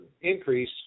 increase